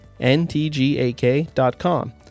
ntgak.com